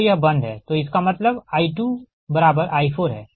तो यह बंद है तो इसका मतलब I2I4 है